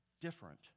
different